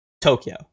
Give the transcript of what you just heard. Tokyo